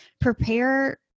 prepare